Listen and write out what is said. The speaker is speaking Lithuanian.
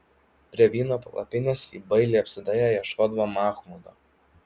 prie vyno palapinės ji bailiai apsidairė ieškodama machmudo